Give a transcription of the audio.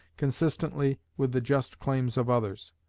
consistently with the just claims of others.